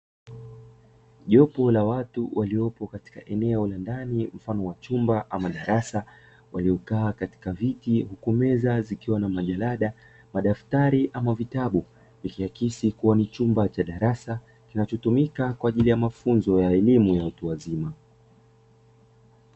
Jopo la watu waliopo katika eneo la ndani mfano wa chumba au darasa, waliokaa katika viti huku meza zikiwa na: majalada, madaftari ama vitabu; ikiakisi kuwa ni chumba cha darasa kinachotumika kwa ajili ya mafunzo ya elimu ya watu wazima.